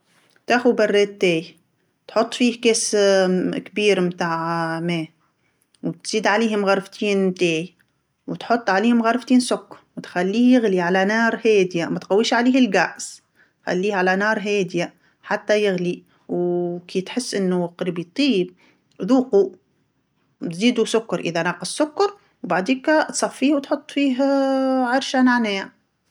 تاخذ براد تاي، تحط فيه كاس كبير متاع ما، تزيد عليه مغرفتين تاي وتحط عليه مغرفتين سكر وتخليه يغلي على نار هاديه، ماتقويش عليه الغاز، خليه على نار هاديه حتى يغلي، و كي تحس أنو قريب يطيب ذوقو، زيدو سكر إذا ناقص سكر، بعديكا تصفيه وتحط فيه عرشه نعناع.